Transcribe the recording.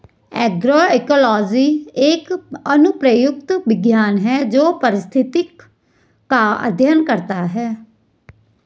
agroecology एक अनुप्रयुक्त विज्ञान है जो पारिस्थितिक का अध्ययन करता है